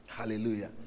Hallelujah